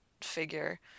figure